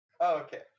okay